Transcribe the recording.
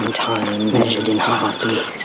um time measured in heartbeatand